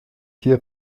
hier